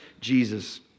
Jesus